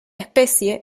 especie